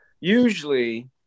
usually